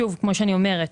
שוב, כמו שאני אומרת,